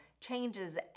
changes